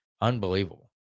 Unbelievable